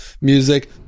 music